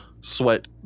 sweat